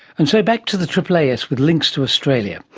and so back to the aaas with links to australia.